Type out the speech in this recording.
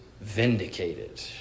vindicated